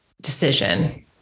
decision